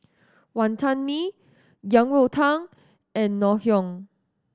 Wonton Mee Yang Rou Tang and Ngoh Hiang